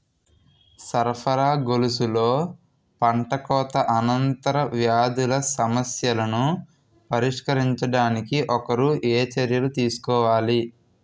సరఫరా గొలుసులో పంటకోత అనంతర వ్యాధుల సమస్యలను పరిష్కరించడానికి ఒకరు ఏ చర్యలు తీసుకోవాలి?